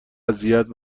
اذیت